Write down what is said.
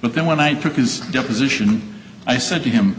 but then when i took his deposition i said to him